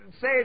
say